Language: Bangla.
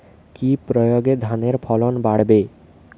কি প্রয়গে ধানের ফলন বাড়বে?